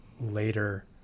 later